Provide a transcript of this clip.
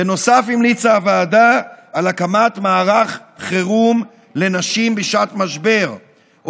בנוסף המליצה הוועדה על הקמת מערך חירום לנשים בשעת משבר,